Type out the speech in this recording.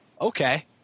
okay